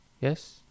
yes